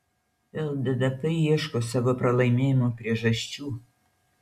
lddp ieško savo pralaimėjimo priežasčių